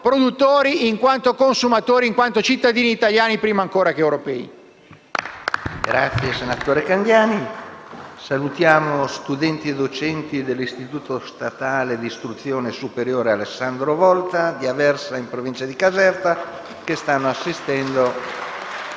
produttori, consumatori e in quanto cittadini italiani prima ancora che europei.